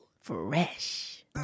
fresh